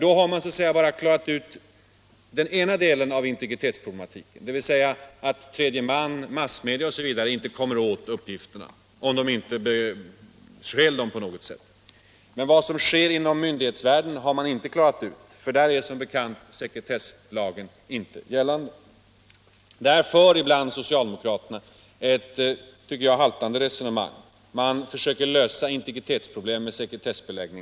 — Då har man bara klarat ut den ena delen av integritetsproblematiken, dvs. att tredje man, massmedia osv. inte kommer åt uppgifterna, förutsatt förstås att de inte stjäl dem på något sätt. Men därigenom har man inte klarat ut vad som sker inom myndighetsvärlden, eftersom sekretesslagen som bekant inte är gällande där. Jag tycker att socialdemokraterna för ett haltande re sonemang när de försöker lösa integritetsproblemen med sekretessbeläggning.